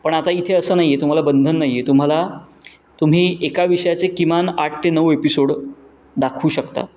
पण आता इथे असं नाही आहे तुम्हाला बंधन नाही आहे तुम्हाला तुम्ही एका विषयाचे किमान आठ ते नऊ एपिसोड दाखवू शकता